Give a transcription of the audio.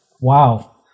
wow